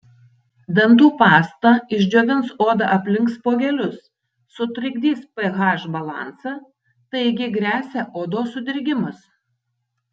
dantų pasta išdžiovins odą aplink spuogelius sutrikdys ph balansą taigi gresia odos sudirgimas